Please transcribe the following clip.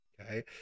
Okay